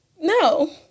No